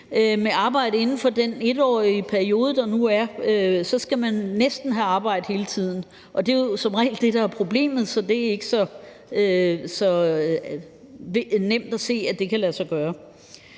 på arbejde inden for den 1-årige periode, der nu er, skal man næsten have arbejde hele tiden, og det er jo som regel det, der er problemet, så det er ikke så nemt at se, at det kan lade sig gøre.